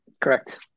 correct